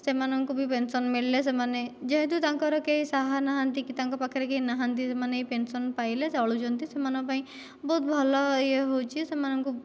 ସେମାନଙ୍କୁ ବି ପେନ୍ସନ୍ ମିଳିଲେ ସେମାନେ ଯେହେତୁ ତାଙ୍କର କେହି ସାହା ନାହାନ୍ତି କି ତାଙ୍କ ପାଖରେ କେହି ନାହାନ୍ତି ସେମାନେ ଏଇ ପେନ୍ସନ୍ ପାଇଲେ ଚଲୁଛନ୍ତି ସେମାନଙ୍କ ପାଇଁ ବହୁତ ଭଲ ଇଏ ହେଉଛି ସେମାନଙ୍କୁ